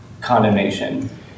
condemnation